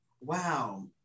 Wow